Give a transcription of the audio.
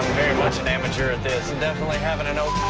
much an amateur at this. i'm definitely having an oh,